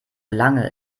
lange